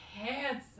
Handsome